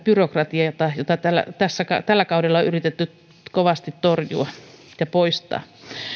byrokratialta jota tällä kaudella on yritetty kovasti torjua ja poistaa